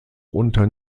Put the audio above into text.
unter